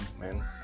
man